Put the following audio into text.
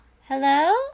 Hello